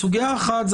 סוגיה אחת זה